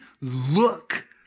look